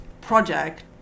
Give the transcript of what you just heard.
project